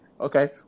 okay